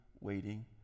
waiting